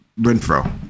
Renfro